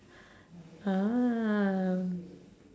ah